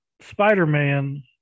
Spider-Man